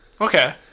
Okay